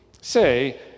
Say